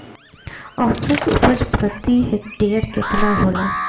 औसत उपज प्रति हेक्टेयर केतना होला?